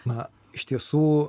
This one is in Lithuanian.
na iš tiesų